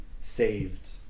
saved